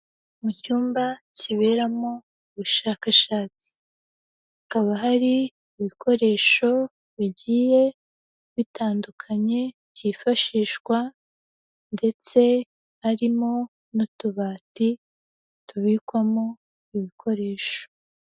Mu cyumba kiberamo ubushakashatsi. Hakaba hari ibikoresho bigiye bitandukanye byifashishwa ndetse harimo n'utubati tubikwamo ibikoresho.